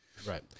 Right